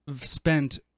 spent